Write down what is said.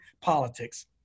politics